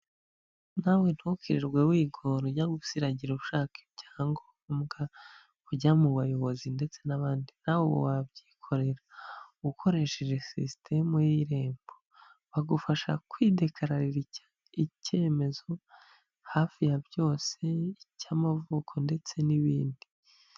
Nawe ntukirirwe wigora ujya gusiragira ushaka ibyangombwa, ujya mu bayobozi ndetse n'abandi, nawe wabyikorera ukoresheje sisitemu y'irembo, bagufasha kwidekararira icyemezo hafi ya byose, icy'amavuko ndetse n'ibindi.